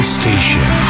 station